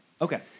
Okay